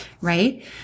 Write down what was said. right